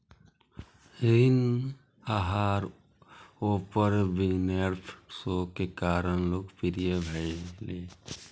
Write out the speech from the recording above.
ऋण आहार Oprah Winfrey show के कारण लोकप्रिय भेलै